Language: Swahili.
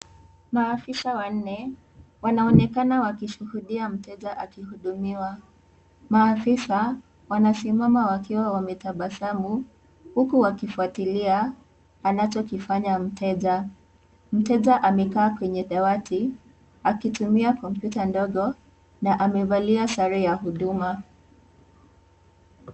Maafisa wanne wanaonekana wakishikilia mteja akihudumiwa. Maafisa wanasimama wakiwa wametabasamu huku wakifuatilia anachokifanya mteja. Mteja amekaa kwenye dawati akitumia kompyuta ndogo, na amevalia sare ya huduma.